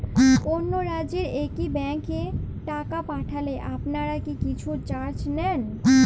অন্য রাজ্যের একি ব্যাংক এ টাকা পাঠালে আপনারা কী কিছু চার্জ নেন?